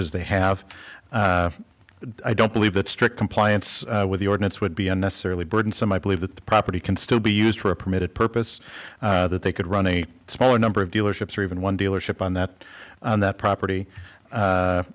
as they have i don't believe that strict compliance with the ordinance would be unnecessarily burdensome i believe that the property can still be used for a permitted purpose that they could run a smaller number of dealerships or even one dealership on that property